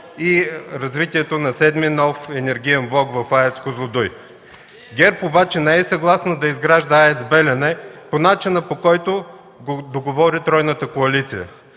и развитието на VІІ – нов енергиен блок в АЕЦ „Козлодуй”. ГЕРБ обаче не е съгласна да изгражда АЕЦ „Белене” по начина, по който го договори тройната коалиция